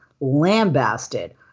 lambasted